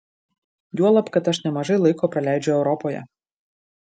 juolab kad aš nemažai laiko praleidžiu europoje